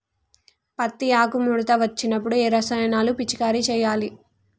పత్తి ఆకు ముడత వచ్చినప్పుడు ఏ రసాయనాలు పిచికారీ చేయాలి?